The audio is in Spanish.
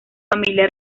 familia